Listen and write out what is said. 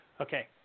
Okay